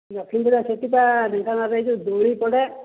ଲକ୍ଷ୍ମୀପୂଜା ସେଇଠି ପା ଢେଙ୍କାନାଳରେ ଏଇ ଯେଉଁ ଦୋଳି ପଡ଼େ